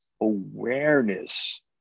awareness